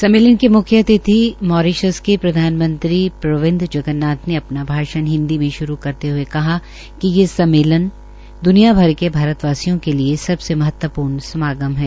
सम्मेलन के मुख्य अतिथि मारिशस के प्रधानमंत्री प्रविदं जगन्नाथ ने अपना भाषण हिन्दी में श्रू करते हये कहा कि ये सम्मेलन दुनिया भर में भारतवासियों के लिये सबसे महत्वपुर्ण समागम है